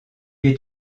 est